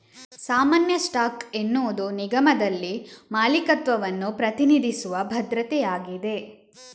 ಸಾಮಾನ್ಯ ಸ್ಟಾಕ್ ಎನ್ನುವುದು ನಿಗಮದಲ್ಲಿ ಮಾಲೀಕತ್ವವನ್ನು ಪ್ರತಿನಿಧಿಸುವ ಭದ್ರತೆಯಾಗಿದೆ